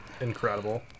Incredible